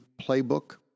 playbook